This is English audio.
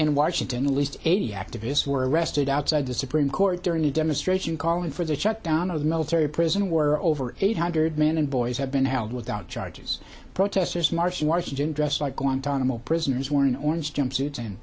in washington the least eighty activists were arrested outside the supreme court during a demonstration calling for the shutdown of the military prison where over eight hundred men and boys have been held without charges protesters marched in washington dressed like guantanamo prisoners worn orange jumpsuits and